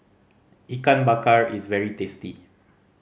Ikan Bakar is very tasty